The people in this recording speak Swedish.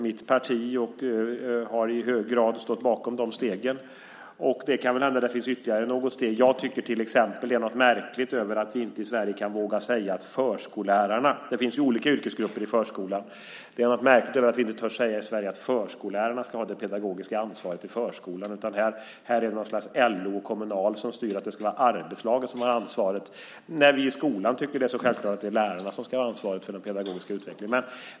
Mitt parti har i hög grad stått bakom dessa steg. Det kan väl hända att det finns ytterligare något steg. Jag tycker till exempel att det är något märkligt över att vi inte i Sverige kan våga säga att förskollärarna - det finns ju olika yrkesgrupper i förskolan - ska ha det pedagogiska ansvaret i förskolan. Här är det på något sätt LO och Kommunal som styr. Det ska vara arbetslaget som har ansvaret. I skolan tycker vi ju att det är så självklart att lärarna ska ha ansvaret för den pedagogiska utvecklingen.